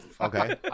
Okay